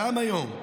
גם היום,